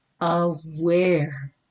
aware